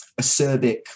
acerbic